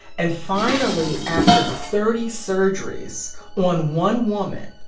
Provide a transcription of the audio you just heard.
and finally after thirty surgeries on one woman,